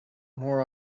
more